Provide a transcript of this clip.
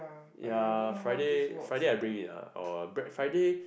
ya Friday Friday I bring it lah or Friday